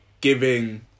giving